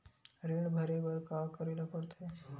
ऋण भरे बर का का करे ला परथे?